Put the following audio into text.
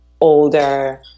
older